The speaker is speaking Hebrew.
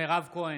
נגד מירב כהן,